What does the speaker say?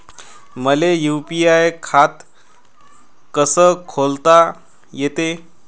मले यू.पी.आय खातं कस खोलता येते?